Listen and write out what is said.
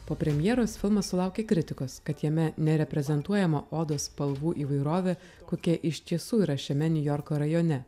po premjeros filmas sulaukė kritikos kad jame nereprezentuojama odos spalvų įvairovė kokia iš tiesų yra šiame niujorko rajone